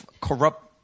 corrupt